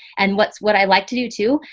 and what's what i like to do too,